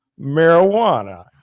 marijuana